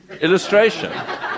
illustration